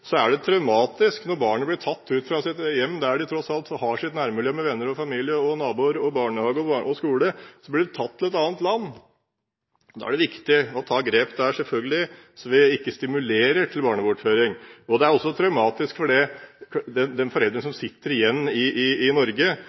er det traumatisk når barn blir tatt ut fra sitt hjem, der de tross alt har sitt nærmiljø med venner, familie, naboer, barnehage og skole, til et annet land. Da er det selvfølgelig viktig å ta grep der, så vi ikke stimulerer til barnebortføring. Det er også traumatisk for de foreldrene som sitter igjen i Norge og betaler penger og bidrag til barn de dessverre ikke får se, til barn de dessverre ikke får delta i